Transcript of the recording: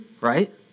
Right